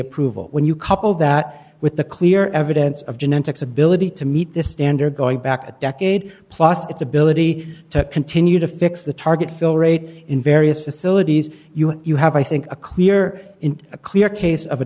approval when you couple that with the clear evidence of genetics ability to meet this standard going back a decade plus its ability to continue to fix the target fill rate in various facilities you have i think a clear in a clear case of a